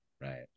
Right